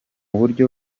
buryo